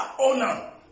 owner